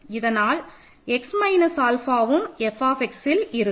இதனால் x minus ஆல்ஃபாஉம் Fxல் இருக்கும்